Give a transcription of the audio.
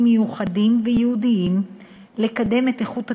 ייעודיים מיוחדים לקידום איכות הטיפול,